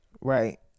Right